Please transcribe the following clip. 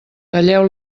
talleu